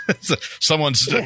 someone's